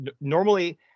normally